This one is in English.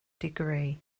degree